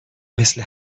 مثل